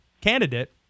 candidate